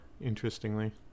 Interestingly